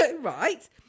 right